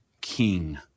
king